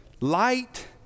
Light